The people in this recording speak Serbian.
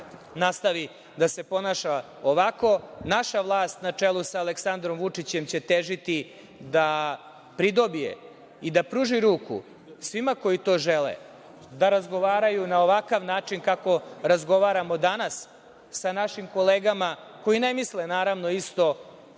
nastavi da se ponaša ovako. Naša vlast na čelu sa Aleksandrom Vučićem će težiti da pridobije i da pruži ruku svima koji to žele, da razgovaraju na ovakav način kako razgovaramo danas, sa našim kolegama koji ne misle, naravno, isto